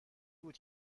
بود